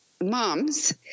moms